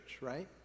right